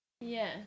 Yes